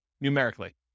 numerically